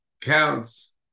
counts